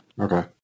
Okay